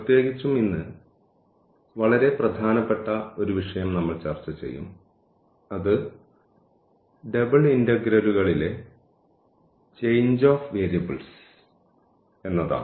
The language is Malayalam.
പ്രത്യേകിച്ചും ഇന്ന് വളരെ പ്രധാനപ്പെട്ട ഒരു വിഷയം നമ്മൾ ചർച്ച ചെയ്യും അത് ഡബിൾ ഇന്റഗ്രലുകളിലെ ചേഞ്ച് ഓഫ് വേരിയബിൾസ് എന്നതാണ്